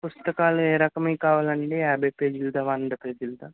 పుస్తకాలు ఏ రకంవి కావాలండీ యాభై పేజీలదా వంద పేజీలదా